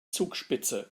zugspitze